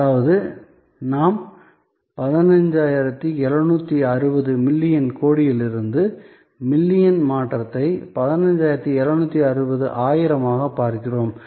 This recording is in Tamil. அதாவது நாம் 15760 மில்லியன் கோடியிலிருந்து மில்லியன் மாற்றத்தை 15760 ஆயிரமாக பார்க்கிறோம்